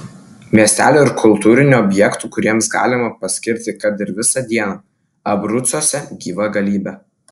miestelių ir kultūrinių objektų kuriems galima paskirti kad ir visą dieną abrucuose gyva galybė